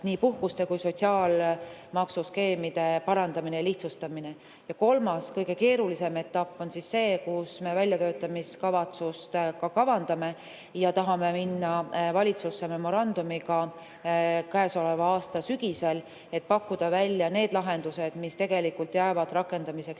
nii puhkuste kui sotsiaalmaksuskeemide parandamine ja lihtsustamine. Ja kolmas, kõige keerulisem etapp on see, kus me väljatöötamiskavatsust ka kavandame ja tahame minna valitsusse memorandumiga käesoleva aasta sügisel, et pakkuda välja need lahendused, mis tegelikult jäävad rakendamiseks